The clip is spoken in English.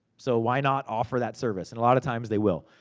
so why not offer that service. and a lot of times, they will.